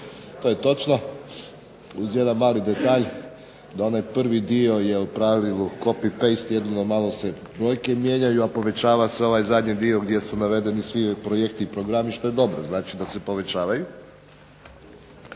To je točno uz jedan mali detalj da onaj prvi dio je u pravilu copy paste. Jedino malo se brojke mijenjaju, a povećava se ovaj zadnji dio gdje su navedeni svi projekti i programi što je dobro. Znači da se povećavaju.